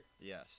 Yes